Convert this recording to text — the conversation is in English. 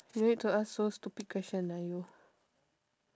you need to ask so stupid question lah you